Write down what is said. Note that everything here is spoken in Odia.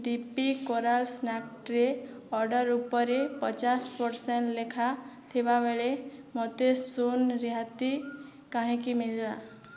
D P coral snack tray order ଉପରେ ପଚାଶ ପରସେଣ୍ଟ ଲେଖା ଥିବାବେଳେ ମୋତେ ଶୂନ ରିହାତି କାହିଁକି ମିଳିଲା